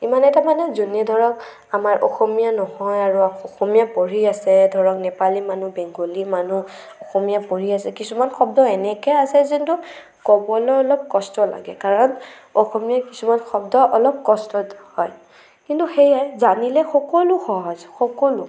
ইমান এটা মানে যোনে ধৰক আমাৰ অসমীয়া নহয় আৰু অসমীয়া পঢ়ি আছে ধৰক নেপালী মানুহ বেংগলী মানুহ অসমীয়া পঢ়ি আছে কিছুমান শব্দ এনেকৈ আছে যোনটো ক'বলৈ অলপ কষ্ট লাগে কাৰণ অসমীয়া কিছুমান শব্দ অলপ কষ্টত হয় কিন্তু সেয়াই জানিলে সকলো সহজ সকলো